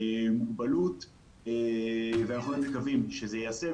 מוגבלות ואנחנו מאוד מקווים שזה ייעשה,